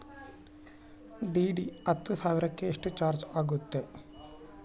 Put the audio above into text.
DD ಹತ್ತು ಸಾವಿರಕ್ಕೆ ಎಷ್ಟು ಚಾಜ್೯ ಆಗತ್ತೆ?